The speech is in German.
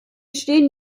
stehen